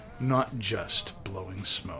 notjustblowingsmoke